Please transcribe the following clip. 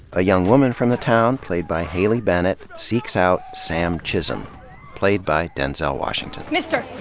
a young woman from the town, played by haley bennett, seeks out sam chisholm played by denzel washington. mister!